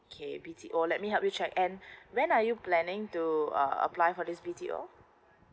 k B_T_O let me help you check and when are you planning to uh apply for this B_T_O